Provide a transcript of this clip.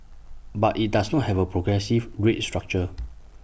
but IT does not have A progressive rate structure